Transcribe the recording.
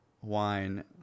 wine